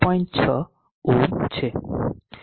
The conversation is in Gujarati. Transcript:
6 ઓહ્મ છે